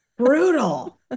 brutal